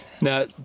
Now